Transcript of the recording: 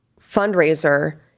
fundraiser